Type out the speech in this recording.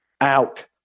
out